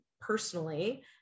personally